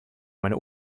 meiner